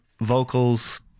vocals